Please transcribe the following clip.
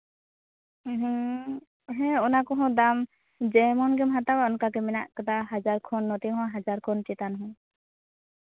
ᱦᱮᱸ ᱚᱱᱟ ᱠᱚᱦᱚᱸ ᱫᱟᱢ ᱡᱮᱢᱚᱱ ᱜᱮᱢ ᱦᱟᱛᱟᱣᱟ ᱚᱱᱠᱟᱜᱮ ᱢᱮᱱᱟᱜ ᱠᱟᱫᱟ ᱦᱟᱡᱟᱨ ᱠᱷᱚᱱ ᱱᱚᱛᱮ ᱦᱚᱸ ᱦᱟᱡᱟᱨ ᱠᱷᱚᱱ ᱪᱮᱛᱟᱱ ᱦᱚᱸ